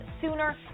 sooner